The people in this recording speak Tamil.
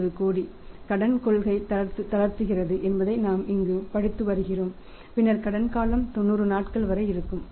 350 கோடி கடன் கொள்கையை தளர்த்துகிறது என்பதை நாம் இங்கு படித்து வருகிறோம் பின்னர் கடன் காலம் 90 நாட்கள் வரை இருக்கும்